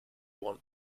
want